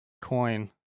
Coin